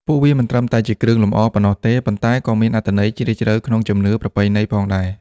ពួកវាមិនត្រឹមតែជាគ្រឿងលម្អប៉ុណ្ណោះទេ ប៉ុន្តែក៏មានអត្ថន័យជ្រាលជ្រៅក្នុងជំនឿប្រពៃណីផងដែរ។